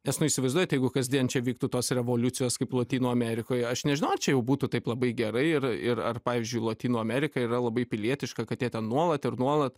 nes nu įsivaizduojat jeigu kasdien čia vyktų tos revoliucijos kaip lotynų amerikoj aš nežinau ar čia jau būtų taip labai gerai ir ir ar pavyzdžiui lotynų amerika yra labai pilietiška kad jie ten nuolat ir nuolat